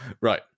Right